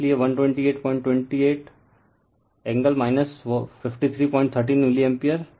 इसलिए 12028 angle 5313o milliampere